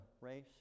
race